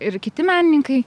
ir kiti menininkai